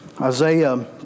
Isaiah